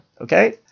okay